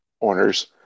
owners